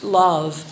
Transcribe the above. love